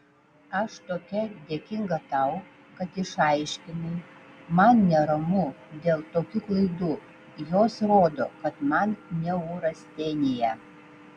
aš tokia dėkinga tau kad išaiškinai man neramu dėl tokių klaidų jos rodo kad man neurastenija